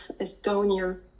Estonia